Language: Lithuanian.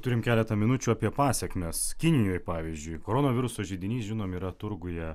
turim keletą minučių apie pasekmes kinijoj pavyzdžiui koronaviruso židinys žinom yra turguje